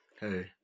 Hey